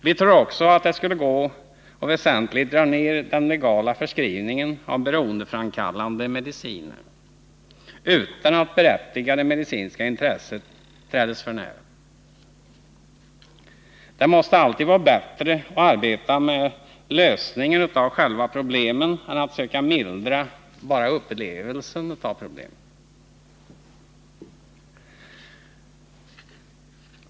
Vidare tror vi att det skulle vara möjligt att väsentligt dra ned den legala förskrivningen av beroendeframkallande mediciner utan att för den skull träda berättigade medicinska intressen för när. Det är väl alltid bättre att arbeta med lösningen av själva problemen än att söka mildra upplevelsen av dem.